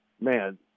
Man